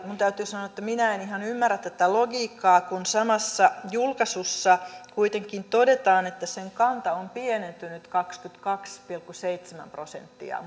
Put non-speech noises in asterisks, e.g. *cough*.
minun täytyy sanoa että minä en ihan ymmärrä tätä tätä logiikkaa kun samassa julkaisussa kuitenkin todetaan että sen kanta on pienentynyt kaksikymmentäkaksi pilkku seitsemän prosenttia *unintelligible*